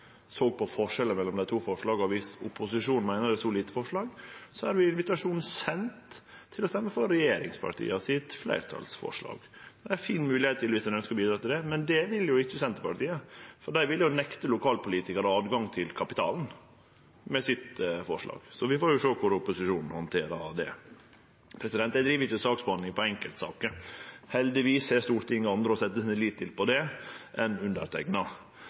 såg på forskjellen mellom dei to forslaga. Om opposisjonen meiner det er så liten forskjell, er invitasjon send til å røyste for regjeringspartia sitt fleirtalsforslag. Det er ei fin mogelegheit om ein ønskjer å bidra til det, men det vil jo ikkje Senterpartiet. Dei vil jo nekte lokalpolitikarane tilgang til kapitalen med sitt forslag, så vi får sjå korleis opposisjonen handterer det. Eg driv ikkje saksbehandling på enkeltsaker. Heldigvis har Stortinget andre å setje sin lit til når det gjeld det, enn underteikna.